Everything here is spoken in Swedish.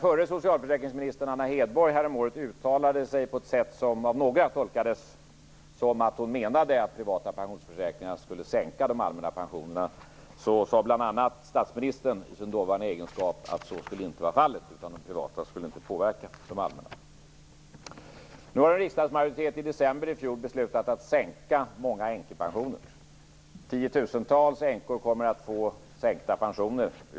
Hedborg häromåret uttalade sig på ett sätt som av många tolkades så att hon menade att privata pensionsförsäkringar skulle sänka de allmänna pensionerna sade bl.a. statsministern i sin dåvarande egenskap av finansminister att så inte skulle vara fallet. De privata pensionsförsäkringarna skulle inte påverka pensionerna. Nu beslutade en riksdagsmajoritet i december i fjol att sänka många änkepensioner. Tiotusentals änkor kommer att få sänkta pensioner.